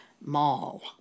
mall